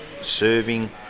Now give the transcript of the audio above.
serving